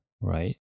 right